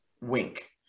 wink